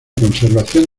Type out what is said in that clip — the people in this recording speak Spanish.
conservación